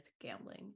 gambling